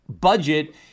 budget